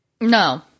No